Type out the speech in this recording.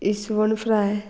इस्वण फ्राय